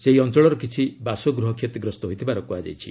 ସେହି ଅଞ୍ଚଳର କିଛି ବାସଗୃହ କ୍ଷତିଗ୍ରସ୍ତ ହୋଇଥିବାର କୁହାଯାଇଛି